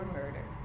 murder